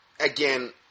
Again